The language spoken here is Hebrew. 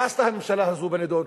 מה עשתה הממשלה הזאת בנדון?